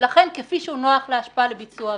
ולכן, כפי שהוא נוח להשפעה לביצוע עבירות,